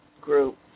group